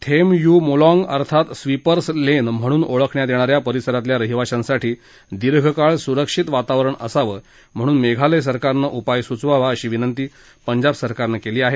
थेम यू मॉलाँग अथवा sweepers lane म्हणून ओळखण्यात येणा या परिसरातल्या रहिवाशांसाठी दीर्घकाळ सुरक्षित वातावरण असावं म्हणून मेघालय सरकारनं उपाय सुचवावा अशी विनंती पंजाब सरकारनं केली आहे